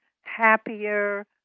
happier